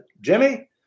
Jimmy